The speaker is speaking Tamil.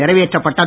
நிறைவேற்றப்பட்டது